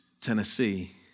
Tennessee